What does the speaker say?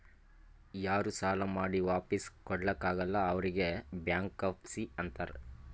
ಯಾರೂ ಸಾಲಾ ಮಾಡಿ ವಾಪಿಸ್ ಕೊಡ್ಲಾಕ್ ಆಗಲ್ಲ ಅವ್ರಿಗ್ ಬ್ಯಾಂಕ್ರಪ್ಸಿ ಅಂತಾರ್